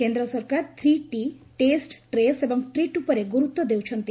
କେନ୍ଦ୍ର ସରକାର three T test trace ଏବଂ ଟ୍ରିଟ୍ ଉପରେ ଗୁରୁତ୍ୱ ଦେଉଛନ୍ତି